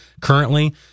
currently